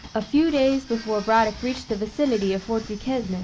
a few days before braddock reached the vicinity of fort duquesne,